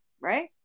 Right